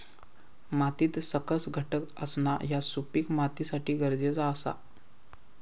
मातीत सकस घटक असणा ह्या सुपीक मातीसाठी गरजेचा आसा